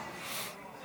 התשפ"ה 2024,